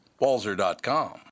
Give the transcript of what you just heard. walzer.com